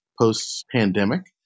post-pandemic